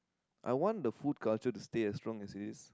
I want the food culture to stay as long as it is